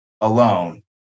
alone